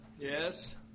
Yes